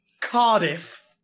Cardiff